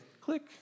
Click